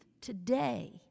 today